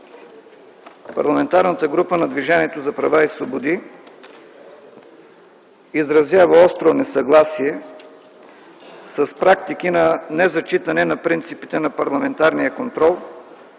Парламентарната група на Движението за права и свободи изразява остро несъгласие с практики на незачитане на принципите на парламентарния контрол,